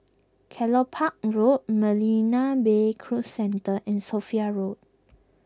Kelopak Road Marina Bay Cruise Centre and Sophia Road